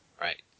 Right